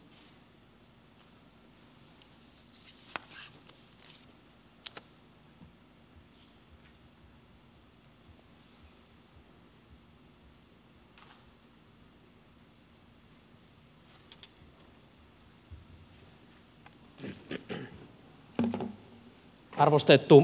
arvostettu puhemies